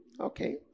Okay